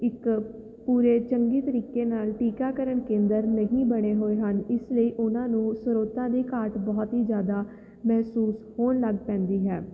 ਇੱਕ ਪੂਰੇ ਚੰਗੇ ਤਰੀਕੇ ਨਾਲ ਟੀਕਾਕਰਨ ਕੇਂਦਰ ਨਹੀਂ ਬਣੇ ਹੋਏ ਹਨ ਇਸ ਲਈ ਉਹਨਾਂ ਨੂੰ ਸਰੋਤਾਂ ਦੀ ਘਾਟ ਬਹੁਤ ਹੀ ਜ਼ਿਆਦਾ ਮਹਿਸੂਸ ਹੋਣ ਲੱਗ ਪੈਂਦੀ ਹੈ